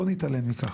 לא נתעלם מכך.